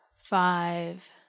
five